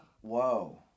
whoa